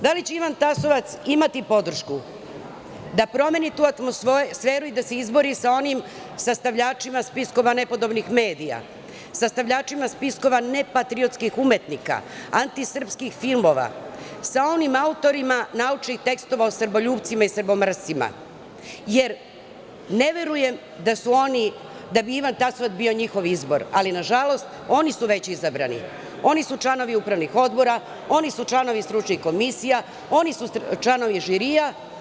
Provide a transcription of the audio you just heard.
Da li će Ivan Tasovac imati podršku da promeni tu atmosferu i da se izbori sa onim sastavljačima spiskova nepodobnih medija, sastavljačima spiskova nepatriotskih umetnika, antisrpskih filmova, sa onim autorima naučnih tekstova o srboljupcima i srbomrscima, jer ne verujem da bi Ivan Tasovac bio njihov izbor, ali nažalost oni su već izabrani, oni su članovi upravnih odbora, oni su članovi stručnih komisija, oni su članovi žirija.